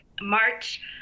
March